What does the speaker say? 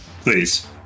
Please